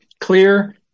clear